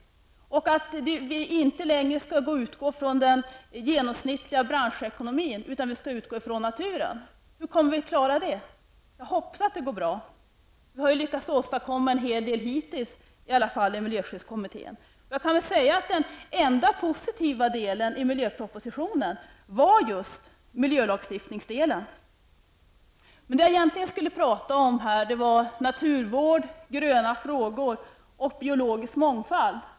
Vi skall inte längre utgå från den genomsnittliga branschekonomin, utan vi skall utgå från naturen. Hur kommer vi att klara det? Jag hoppas att det kommer att gå bra. Miljöskyddskommittén har ju i varje fall lyckats åstadkomma en hel del hittills. Den enda positiva delen i miljöpropositionen är just den del som handlar om miljölagstiftningen. Det jag egentligen skulle tala om här var naturvård, gröna frågor och biologisk mångfald.